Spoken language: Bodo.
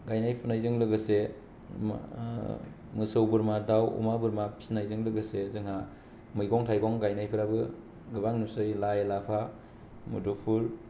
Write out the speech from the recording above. गायनाय फुनायजों लोगोसे मा मोसौ बोरमा दाव अमाजों फिनायजों लोगोसे जोंहा मैगं थाइगं गायनाय फोराबो गोबां नुसै लाइ लाफा मुदुफुल